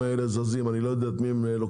האלה זזים אני לא יודע את מי הם לוקחים.